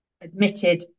Admitted